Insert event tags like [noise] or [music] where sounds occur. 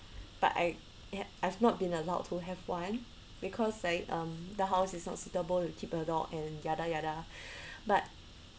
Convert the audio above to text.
but I I have not been allowed to have one because like um the house is not suitable to keep a dog and [noise] but